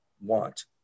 want